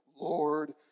Lord